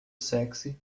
sexy